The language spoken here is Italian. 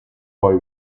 poi